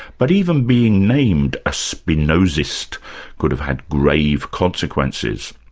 but even being named a spinozist could have had grave consequences.